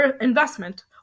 investment